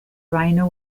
rhino